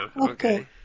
okay